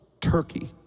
Turkey